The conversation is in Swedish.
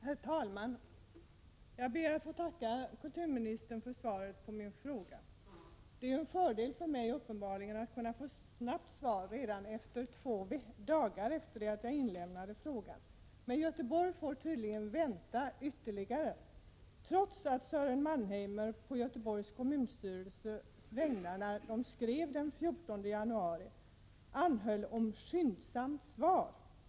Herr talman! Jag ber att få tacka kulturministern för svaret på min fråga. Det är ju en fördel för mig att kunna få snabbt svar, redan två dagar efter att jag inlämnat frågan. Men Göteborg får tydligen vänta ytterligare, trots att Sören Mannheimer och Göteborgs kommunstyrelse redan när de skrev den 14 januari anhöll om skyndsamt svar.